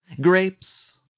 grapes